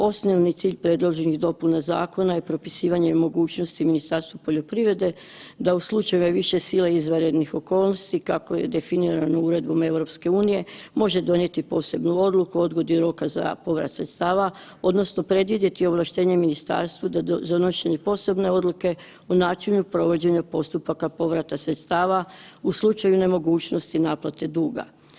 Osnovni cilj predloženih dopuna Zakona je propisivanje mogućnosti Ministarstvu poljoprivrede, da u slučaju više sile i izvanrednih okolnosti kako je definirano Uredbom Europske unije, može donijeti posebnu odluku o odgodi roka za povrat sredstava, odnosno predvidjeti ovlaštenje Ministarstvu za donošenje posebne odluke u načinu i provođenju postupaka povrata sredstava u slučaju nemogućnosti naplate duga.